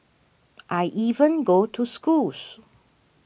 I even go to schools